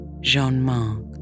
Jean-Marc